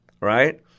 right